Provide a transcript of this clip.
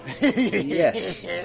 Yes